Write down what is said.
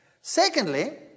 Secondly